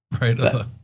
right